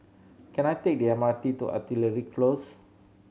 can I take the M R T to Artillery Close